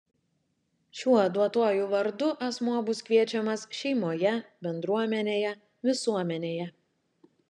šiuo duotuoju vardu asmuo bus kviečiamas šeimoje bendruomenėje visuomenėje